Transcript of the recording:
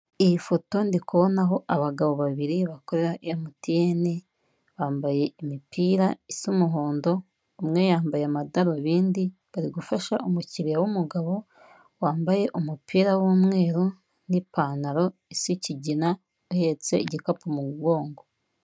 Iyi foto ndi kubonaho abagabo babiri bakorera MTN, bambaye imipira isa umuhondo, umwe yambaye amadarubindi, bari gufasha umukiriya w'umugabo wambaye umupira w'umweru n'ipantaro isa ikigina ahetse igikapu mu mugongo.